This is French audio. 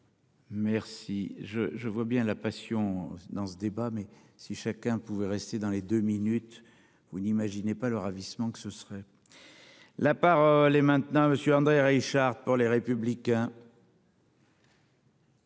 Merci, je, je vois bien la passion dans ce débat mais si chacun pouvait rester dans les 2 minutes. Vous n'imaginez pas le ravissement que ce serait. La par les maintenant Monsieur André Reichardt pour les républicains.